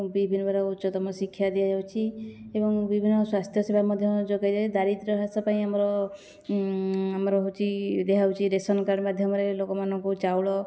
ବିଭିନ୍ନପ୍ରକାର ଉଚ୍ଚତମ ଶିକ୍ଷା ଦିଆଯାଉଛି ଏବଂ ବିଭିନ୍ନ ସ୍ୱାସ୍ଥ୍ୟ ସେବା ମଧ୍ୟ ଯୋଗାଇ ଦାରିଦ୍ର୍ୟ ହ୍ରାସ ପାଇଁ ଆମର ଆମର ହେଉଛି ଦିଆହେଉଛି ରେସନ୍ କାର୍ଡ଼ ମାଧ୍ୟମରେ ଲୋକମାନଙ୍କୁ ଚାଉଳ